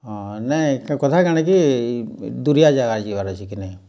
ହଁ ନାଇଁ କଥା କାଣା କି ଦୁରିଆ ଜାଗା ଯିବାର୍ ଅଛେ କି ନାଇଁ